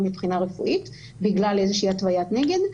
מבחינה רפואית בגלל איזה שהיא התוויית נגד.